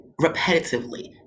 repetitively